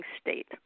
state